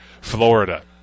Florida